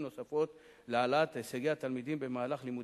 נוספות להעלאת הישגי התלמידים במהלך לימודיהם,